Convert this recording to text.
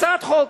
הצעת חוק.